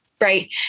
right